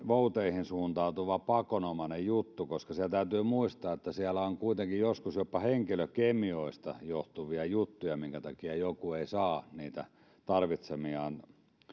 vouteihin suuntautuva pakonomainen juttu koska täytyy muistaa että siellä on kuitenkin joskus jopa henkilökemioista johtuvia juttuja minkä takia joku ei saa niitä tarvitsemiaan